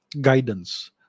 guidance